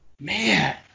Man